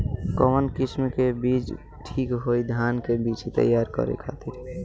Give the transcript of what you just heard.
कवन किस्म के बीज ठीक होई धान के बिछी तैयार करे खातिर?